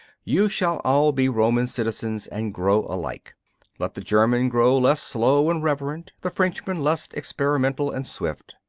you shall all be roman citizens, and grow alike let the german grow less slow and reverent the frenchmen less experimental and swift.